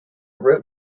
route